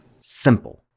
simple